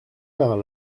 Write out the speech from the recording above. par